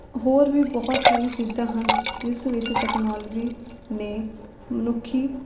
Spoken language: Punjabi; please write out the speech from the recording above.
ਹੋਰ ਵੀ ਬਹੁਤ ਸਾਰੀਆਂ ਚੀਜ਼ਾਂ ਹਨ ਜਿਸ ਵਿੱਚ ਤਕਨਾਲੋਜੀ ਨੇ ਮਨੁੱਖੀ